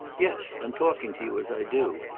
yes, and talking to you as i do.